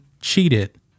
cheated